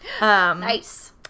nice